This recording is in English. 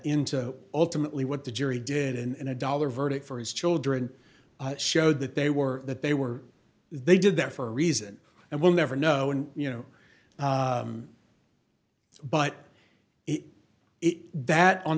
into ultimately what the jury did and a dollar verdict for his children showed that they were that they were they did that for a reason and we'll never know and you know but it is that on